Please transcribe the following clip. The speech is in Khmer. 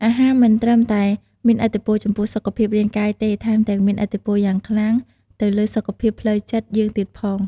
អាហារមិនត្រឹមតែមានឥទ្ធិពលចំពោះសុខភាពរាងកាយទេ ថែមទាំងមានឥទ្ធិពលយ៉ាងខ្លាំងទៅលើសុខភាពផ្លូវចិត្តយើងទៀតផង។